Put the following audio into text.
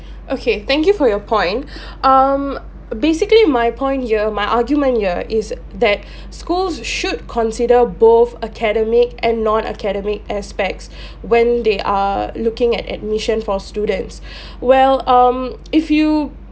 okay thank you for your point um basically my point here my argument here is that schools should consider both academic and non academic aspects when they are looking at admission for students well um if you